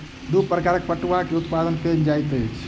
दू प्रकारक पटुआ के उत्पादन कयल जाइत अछि